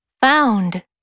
Found